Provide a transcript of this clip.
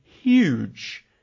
huge